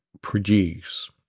produce